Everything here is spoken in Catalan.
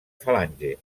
falange